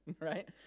right